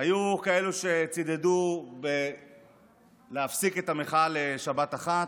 היו כאלה שצידדו בלהפסיק את המחאה לשבת אחת.